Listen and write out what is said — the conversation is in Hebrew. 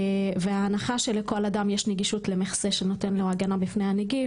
ההנחה שלכל אדם יש נגישות למחסה שנותן לו הגנה מפני הנגיף,